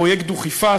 פרויקט "דוכיפת".